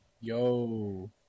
Yo